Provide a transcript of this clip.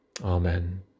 Amen